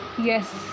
Yes